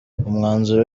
umwanzuro